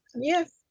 Yes